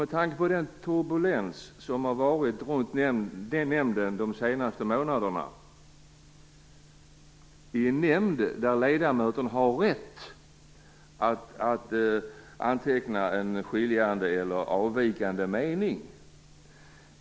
Det har varit turbulens runt nämnden de senaste månaderna. Det är en nämnd där ledamöterna har rätt att anteckna en avvikande mening.